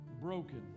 broken